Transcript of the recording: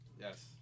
yes